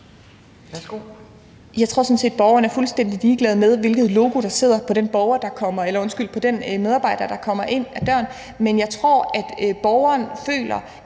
Jeg tror sådan set, borgeren er fuldstændig ligeglad med, hvilket logo der sidder på den medarbejder, der kommer ind ad døren, men jeg tror, at borgeren føler